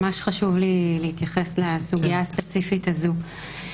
ממש חשוב לי להתייחס לסוגיה הספציפית הזאת.